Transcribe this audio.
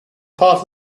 part